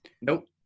Nope